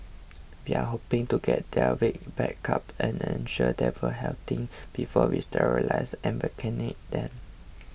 we are hoping to get their weight back up and ensure they are healthy before we sterilise and vaccinate them